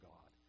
God